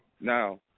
Now